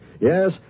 Yes